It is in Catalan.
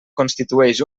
constitueix